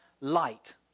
light